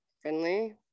friendly